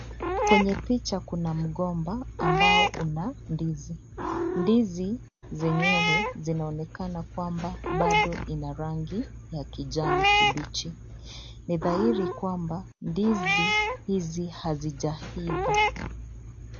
Kwenye picha, kuna mgomba ambao una ndizi. Ndizi zenyewe zinaonekana kwamba, bado ina rangi ya kijani kibichi. Ni dhahiri kwamba, ndizi hizi hazijaiva.